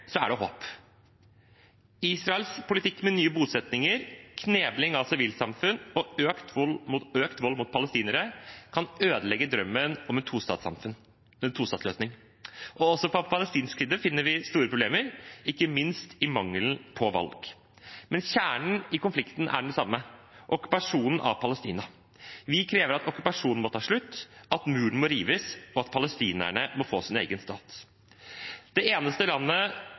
er det håp. Israels politikk, med nye bosettinger, knebling av sivilsamfunn og økt vold mot palestinere, kan ødelegge drømmen om en tostatsløsning. Også på palestinsk side finner vi store problemer, ikke minst i mangelen på valg. Men kjernen i konflikten er den samme: okkupasjonen av Palestina. Vi krever at okkupasjonen må ta slutt, at muren må rives, og at palestinerne må få sin egen stat. Det eneste landet